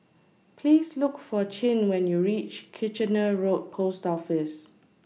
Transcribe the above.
Please Look For Chin when YOU REACH Kitchener Road Post Office